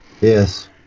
Yes